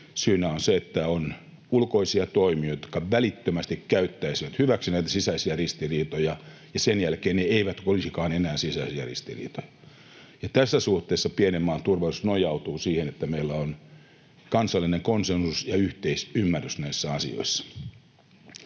syynä on se, että on ulkoisia toimijoita, jotka välittömästi käyttäisivät hyväksi näitä sisäisiä ristiriitoja, ja sen jälkeen ne eivät olisikaan enää sisäisiä ristiriitoja. Tässä suhteessa pienen maan turvallisuus nojautuu siihen, että meillä on kansallinen konsensus ja yhteisymmärrys näissä asioissa.